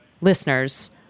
listeners